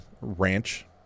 ranch